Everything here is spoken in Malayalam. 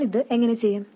നമ്മൾ ഇത് എങ്ങനെ ചെയ്യും